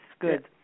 good